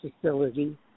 facility